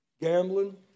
Gambling